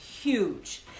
huge